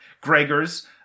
Gregor's